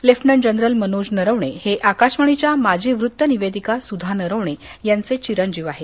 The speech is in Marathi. लेफ्टनंट जनरल मनोज नरवणे हे आकाशवाणीच्या माजी वृत्त निवेदिका सुधा नरवणे यांचे चिरंजीव आहेत